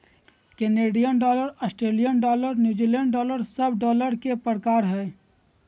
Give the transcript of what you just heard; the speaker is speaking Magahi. Canadian dollar, Australian dollar, New Zealand dollar सब डॉलर के प्रकार हय